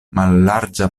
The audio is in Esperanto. mallarĝa